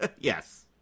Yes